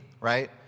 right